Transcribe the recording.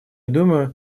думаю